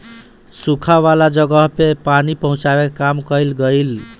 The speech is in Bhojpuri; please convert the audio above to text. सुखा वाला जगह पे पानी पहुचावे के काम कइल गइल